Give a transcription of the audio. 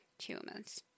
humans